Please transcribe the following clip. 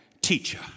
teacher